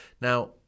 Now